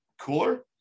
cooler